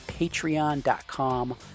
patreon.com